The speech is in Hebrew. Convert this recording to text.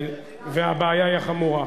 הבעיה היא חמורה.